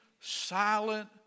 silent